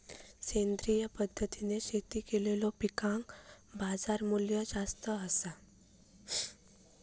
सेंद्रिय पद्धतीने शेती केलेलो पिकांका बाजारमूल्य जास्त आसा